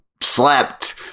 slept